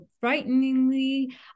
frighteningly